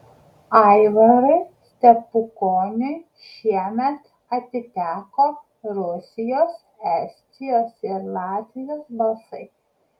aivarui stepukoniui šiemet atiteko rusijos estijos ir latvijos balsai